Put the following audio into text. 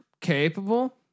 Capable